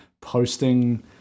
posting